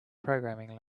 programming